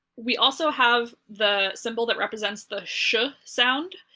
we also have the symbol that represents the shhh ah sound,